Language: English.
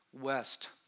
west